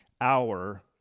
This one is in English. hour